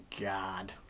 god